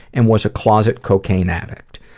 and was a closet cocaine addict.